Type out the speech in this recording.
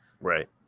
right